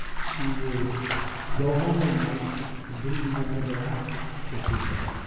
she would go home at night and didn't even want to go out with people.